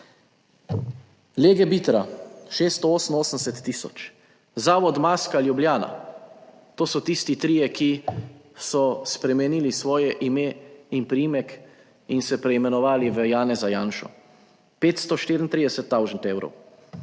Legebitra 688 tisoč, Zavod Maska Ljubljana: to so tisti trije, ki so spremenili svoje ime in priimek in se preimenovali v Janeza Janšo. 534 tisoč evrov: